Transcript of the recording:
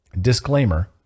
Disclaimer